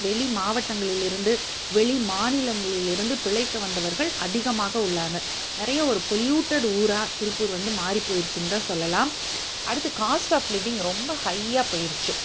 வெளி மாவட்டங்களிலிருந்து வெளி மாநிலங்களிலிருந்து பிழைக்க வந்தவர்கள் அதிகமாக உள்ளாங்க நிறைய ஒரு பொலியூட்டட் ஊராக திருப்பூர் வந்து மாறிப் போயிடுச்சின்னு தான் சொல்லலாம் அடுத்து காஸ்ட் ஆஃப் லிவ்விங் ரொம்ப ஹையாக போயிடுச்சி